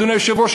אדוני היושב-ראש,